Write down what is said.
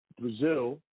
Brazil